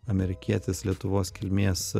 amerikietis lietuvos kilmės